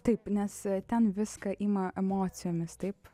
taip nes ten viską ima emocijomis taip